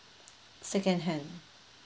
second hand